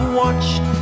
watched